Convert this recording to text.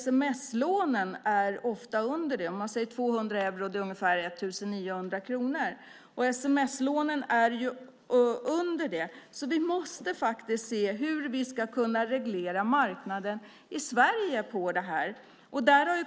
Sms-lånen är ofta under det beloppet. 200 euro är ungefär 1 900 kronor, och sms-lånen ligger under det. Vi måste faktiskt se efter hur vi ska kunna reglera marknaden i Sverige på det här området.